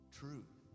truth